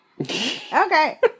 Okay